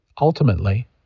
ultimately